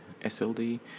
SLD